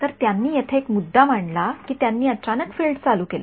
तर त्यांनी येथे एक मुद्दा मांडला की त्यांनी अचानक फील्ड चालू केले